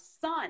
son